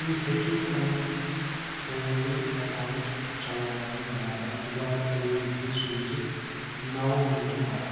تُہۍ ہیٚکِو پنُن کووِن ایکاوُنٛٹ چلاونہٕ باپتھ دُبارٕ او ٹی پی سوٗزِتھ نَو مِنٛٹہٕ پتہٕ